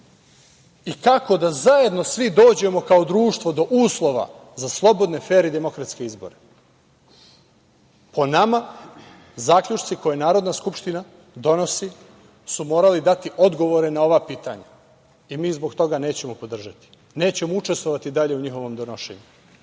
i kako da zajedno svi dođemo kao društvo do uslova za slobodne, fer i demokratske izbore. Po nama zaključci koje Narodna skupština donosi su morali dati odgovore na ova pitanja i mi zbog toga ih nećemo podržati. Nećemo učestvovati dalje u njihovom donošenju.